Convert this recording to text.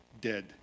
dead